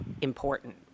important